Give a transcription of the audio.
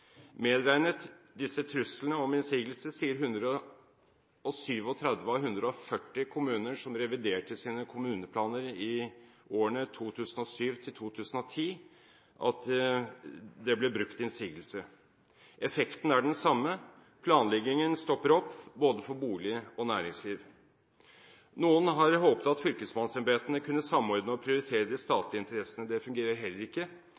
Medregnet disse truslene om innsigelse sier 137 av 140 kommuner som reviderte sine kommuneplaner i årene 2007–2010, at det ble brukt innsigelse. Effekten er den samme: Planleggingen stopper opp både for boliger og næringsliv. Noen har håpet at fylkesmannsembetene kunne samordne og prioritere de statlige interessene. Det fungerer heller ikke.